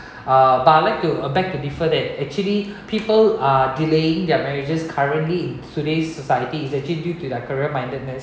[uh)] but I love to uh begged to differ that actually people are delaying their marriages currently in today's society is actually due to their career mindedness